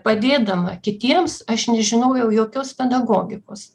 padėdama kitiems aš nežinojau jokios pedagogikos